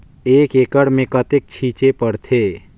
एक एकड़ मे कतेक छीचे पड़थे?